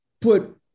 put